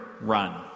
run